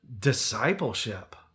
discipleship